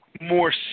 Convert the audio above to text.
more